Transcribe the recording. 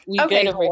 okay